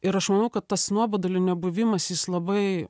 ir aš manau kad tas nuobodulio nebuvimas jis labai